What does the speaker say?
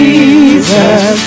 Jesus